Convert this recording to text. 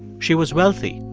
she was wealthy,